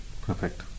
Perfect